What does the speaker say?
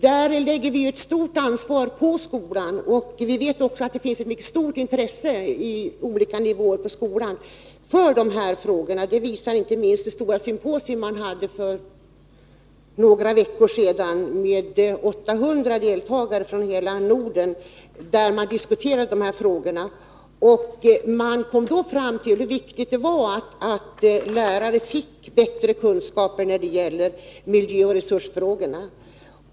Vi lägger ett stort ansvar på skolan. Vi vet att det finns ett mycket stort intresse på olika nivåer i skolan för dessa frågor. Det visar inte minst det stora symposium som hölls för några veckor sedan med 800 deltagare från hela Norden och där man diskuterade dessa frågor. Man kom då fram till hur viktigt det är att lärare och elever på alla nivåer får bättre kunskaper när det gäller miljöoch resursfrågorna.